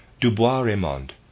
Dubois-Raymond